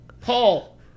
Paul